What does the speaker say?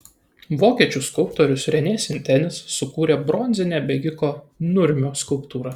vokiečių skulptorius renė sintenis sukūrė bronzinę bėgiko nurmio skulptūrą